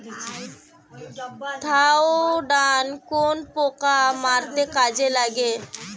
Thiodan কোন পোকা মারতে কাজে লাগে?